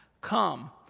Come